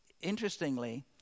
interestingly